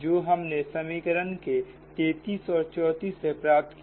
जो हमने समीकरण 33 और 34 से प्राप्त किया